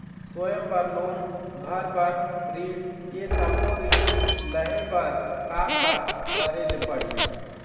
स्वयं बर लोन, घर बर ऋण, ये सब्बो ऋण लहे बर का का करे ले पड़ही?